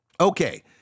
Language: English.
Okay